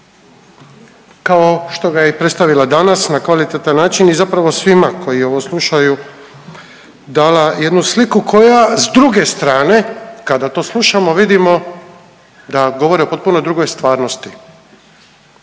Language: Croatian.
kao što ga je i predstavila danas na kvalitetan način i zapravo svima koji ovo slušaju dala jednu sliku koja s druge strane kada to slušamo vidimo da govore o potpuno drugoj stvarnosti.